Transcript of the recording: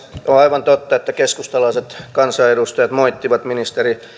on aivan totta että keskustalaiset kansanedustajat moittivat ministeri